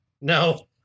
No